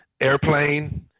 Airplane